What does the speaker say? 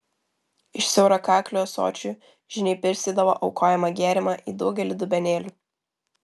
iš siaurakaklių ąsočių žyniai pilstydavo aukojamą gėrimą į daugelį dubenėlių